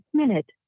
minute